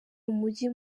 umujyi